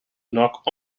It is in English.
knock